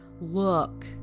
look